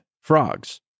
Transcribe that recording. frogs